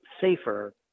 safer